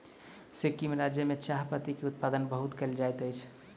सिक्किम राज्य में चाह पत्ती के उत्पादन बहुत कयल जाइत अछि